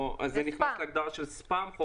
אז זה נכנס להגדרה של ספאם?